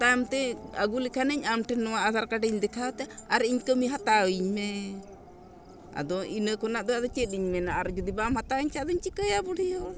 ᱛᱟᱭᱚᱢ ᱛᱮ ᱟᱹᱜᱩ ᱞᱮᱠᱷᱟᱱᱤᱧ ᱟᱢ ᱴᱷᱮᱱ ᱱᱚᱣᱟ ᱟᱫᱷᱟᱨ ᱠᱟᱨᱰ ᱤᱧ ᱫᱮᱠᱷᱟᱣ ᱛᱮ ᱟᱨ ᱤᱧ ᱠᱟᱹᱢᱤ ᱦᱟᱛᱟᱣ ᱤᱧ ᱢᱮ ᱟᱫᱚ ᱤᱱᱟᱹ ᱠᱚᱨᱮᱱᱟᱜ ᱫᱚ ᱟᱫᱚ ᱪᱮᱫ ᱞᱤᱧ ᱢᱮᱱᱟ ᱟᱨ ᱡᱩᱫᱤ ᱵᱟᱢ ᱦᱟᱛᱟᱣ ᱟᱹᱧ ᱠᱷᱟᱡ ᱟᱫᱚᱧ ᱪᱤᱠᱟᱹᱭᱟ ᱵᱩᱰᱷᱤ ᱦᱚᱲ